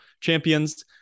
champions